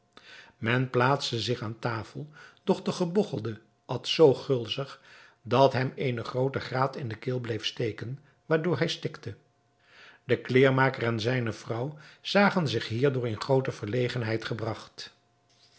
men plaatste zich aan tafel doch de gebogchelde at zoo gulzig dat hem eene groote graat in de keel bleef zitten waardoor hij stikte de kleêrmaker en zijne vrouw zagen zich hierdoor in groote verlegenheid gebragt